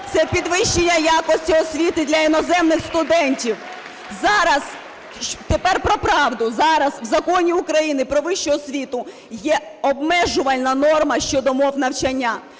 Це підвищення якості освіти для іноземних студентів. Тепер про правду. Зараз в Законі України "Про вищу освіту" є обмежувальна норма щодо мов навчання.